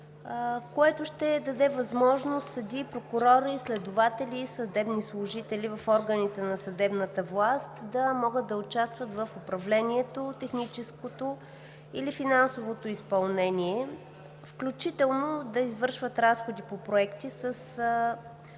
което ще даде възможност съдии, прокурори, следователи, съдебни служители в органите на съдебната власт да участват в управлението – техническото, или финансовото изпълнение, включително да извършват разходи по проекти с